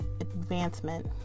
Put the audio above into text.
advancement